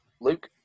Luke